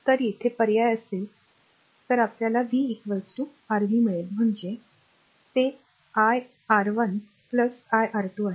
तर येथे पर्याय असेल तर त्याला v r v मिळेल म्हणजे ते iR१ iR२ आहे